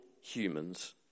humans